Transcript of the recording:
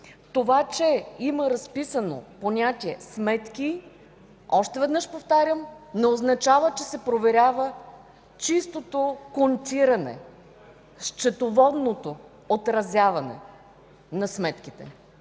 Това, че има разписано понятие „сметки”, още веднъж повтарям, не означава, че се проверява чистото контиране, счетоводното отразяване на сметките,